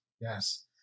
yes